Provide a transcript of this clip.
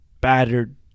battered